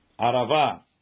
Arava